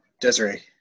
Desiree